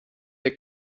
der